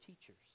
teachers